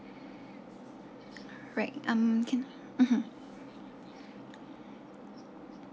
right um can mmhmm